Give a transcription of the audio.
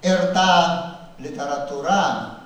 ir ta literatūra